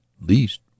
least